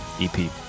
ep